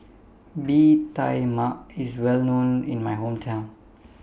Bee Tai Mak IS Well known in My Hometown